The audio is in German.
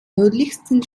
nördlichsten